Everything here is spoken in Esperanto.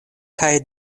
kaj